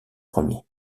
premier